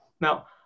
Now